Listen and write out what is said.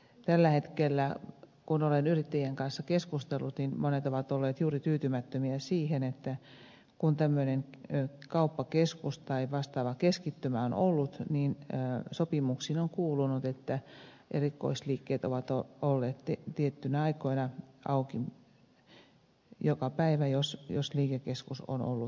tällä hetkellä kun olen yrittäjien kanssa keskustellut monet ovat olleet juuri tyytymättömiä siihen että kun tämmöinen kauppakeskus tai vastaava keskittymä on ollut niin sopimuksiin on kuulunut että erikoisliikkeet ovat olleet tiettyinä aikoina auki joka päivä jos liikekeskus on ollut auki